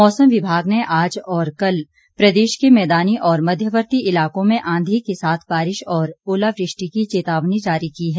मौसम विभाग ने आज और कल प्रदेश के मैदानी और मध्यवर्ती इलाकों में आंधी के साथ बारिश और ओलावृष्टि की चेतावनी जारी की है